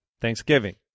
Thanksgiving